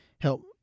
help